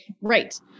Right